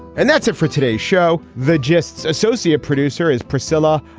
and that's it for today's show. the jests associate producer is priscila,